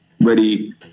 ready